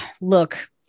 look